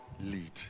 lead